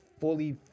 fully